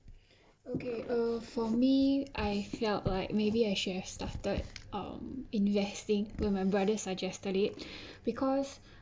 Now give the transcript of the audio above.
okay uh for me I felt like maybe I should have started um investing when my brother suggested it because